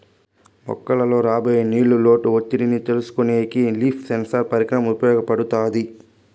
మొక్కలలో రాబోయే నీళ్ళ లోటు ఒత్తిడిని తెలుసుకొనేకి లీఫ్ సెన్సార్ పరికరం ఉపయోగపడుతాది